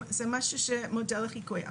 זה משהו שהוא מודל לחיקוי.